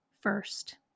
first